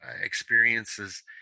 experiences